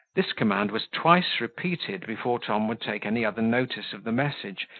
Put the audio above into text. this command was twice repeated before tom would take any other notice of the message,